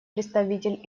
представитель